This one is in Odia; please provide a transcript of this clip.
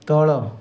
ତଳ